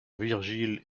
virgile